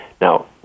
Now